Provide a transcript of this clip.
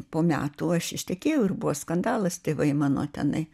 po metų aš ištekėjau ir buvo skandalas tėvai mano tenai